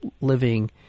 living